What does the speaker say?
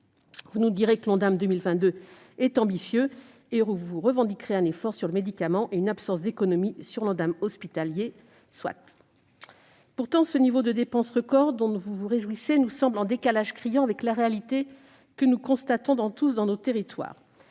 Vous nous répondrez que l'Ondam pour 2022 est ambitieux et revendiquerez un effort sur le médicament et une absence d'économies sur l'Ondam hospitalier. Soit ! Pourtant, ce niveau de dépenses record dont vous vous réjouissez nous semble en décalage criant avec la réalité que nous constatons tous dans nos territoires